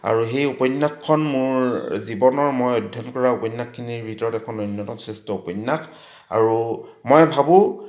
আৰু সেই উপন্যাসখন মোৰ জীৱনৰ মই অধ্যয়ন কৰা উপন্যাসখিনিৰ ভিতৰত এখন অন্যতম শ্ৰেষ্ঠ উপন্যাস আৰু মই ভাবোঁ